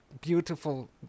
beautiful